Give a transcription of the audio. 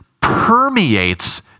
permeates